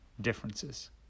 differences